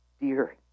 dear